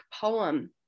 poem